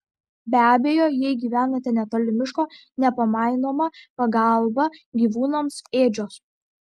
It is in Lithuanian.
be abejo jei gyvenate netoli miško nepamainoma pagalba gyvūnams ėdžios